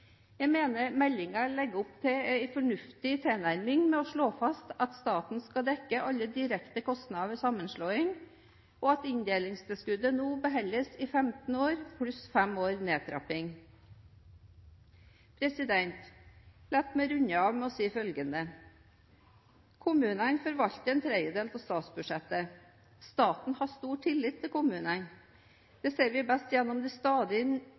Jeg mener meldingen legger opp til en fornuftig tilnærming ved å slå fast at staten skal dekke alle direkte kostnader ved sammenslåing og at inndelingstilskuddet nå beholdes i 15 år, pluss fem år nedtrapping. La meg runde av med å si følgende: Kommunene forvalter en tredjedel av statsbudsjettet. Staten har stor tillit til kommunene. Det ser vi best gjennom de stadig nye og store oppgavene kommunene får. Det